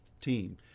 team